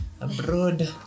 Abroad